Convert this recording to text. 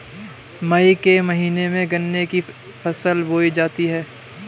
मई के महीने में गन्ना की फसल बोई जाती है